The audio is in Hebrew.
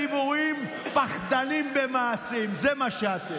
גדולים בדיבורים, פחדנים במעשים, זה מה שאתם.